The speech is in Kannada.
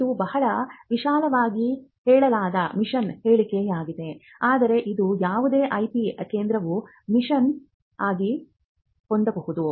ಇದು ಬಹಳ ವಿಶಾಲವಾಗಿ ಹೇಳಲಾದ ಮಿಷನ್ ಹೇಳಿಕೆಯಾಗಿದೆ ಆದರೆ ಇದು ಯಾವುದೇ ಐಪಿ ಕೇಂದ್ರವು ಮಿಷನ್ ಸ್ಟೇಟ್ಮೆಂಟ್ ಆಗಿ ಹೊಂದಬಹುದು